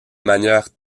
manière